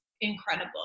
incredible